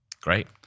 Great